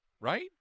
Right